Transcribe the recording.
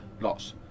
lots